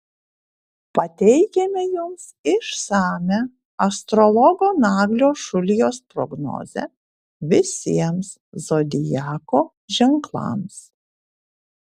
pateikiame jums išsamią astrologo naglio šulijos prognozę visiems zodiako ženklams